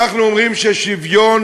אנחנו אומרים ששוויון